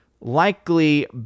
likely